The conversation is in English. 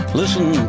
listen